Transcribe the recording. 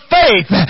faith